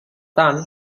tant